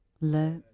let